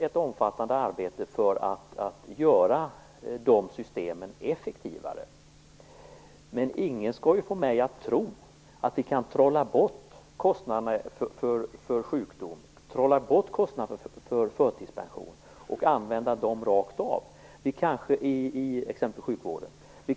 Ett omfattande arbete pågår i syfte att göra de här systemen effektivare. Men ingen får mig att tro att vi kan trolla bort kostnaderna för sjukdom och förtidspension och använda pengarna rakt av exempelvis i sjukvården.